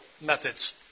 methods